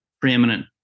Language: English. preeminent